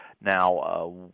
Now